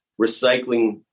recycling